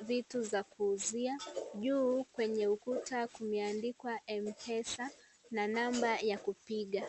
vitu za kuuzia juu kwenye ukuta kumeandikwa mpesa na namba ya kupiga.